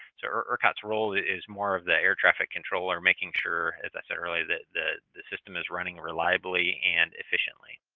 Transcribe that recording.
so ercot's role is more of the air traffic controller making sure, as i said earlier, that the the system is running reliably and efficiently.